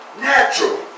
Natural